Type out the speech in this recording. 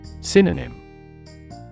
Synonym